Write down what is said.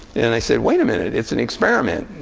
and i said, wait a minute, it's an experiment.